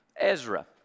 Ezra